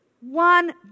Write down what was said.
One